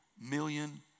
million